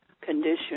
condition